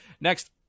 Next